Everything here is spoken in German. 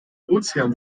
ozean